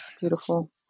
Beautiful